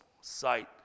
sight